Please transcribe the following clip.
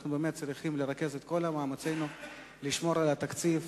אנחנו באמת צריכים לרכז את כל מאמצינו לשמור על התקציב,